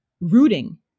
rooting